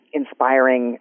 inspiring